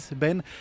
Ben